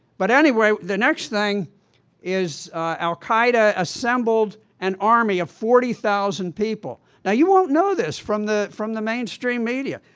but anyway, the next thing is that al-qaeda assembled an army of forty thousand people. now you won't know this from the from the mainstream media!